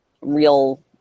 real